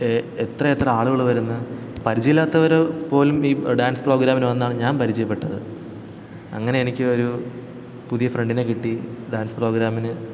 എത്രയെത്ര ആളുകള് വരുന്നു പരിചയില്ലാത്തവര് പോലും ഈ ഡാൻസ് പ്രോഗ്രാമിന് വന്നാണ് ഞാൻ പരിചയപ്പെട്ടത് അങ്ങനെ എനിക്കൊരു പുതിയൊരു ഫ്രണ്ടിനെ കിട്ടി ഡാൻസ് പ്രോഗ്രാമിന്